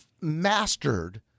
mastered